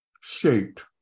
shaped